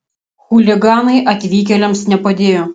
chuliganai atvykėliams nepadėjo